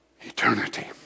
eternity